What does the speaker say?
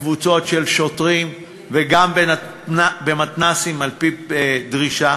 לקבוצות של שוטרים, וגם במתנ"סים, על-פי דרישה.